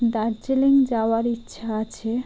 দার্জিলিং যাওয়ার ইচ্ছা আছে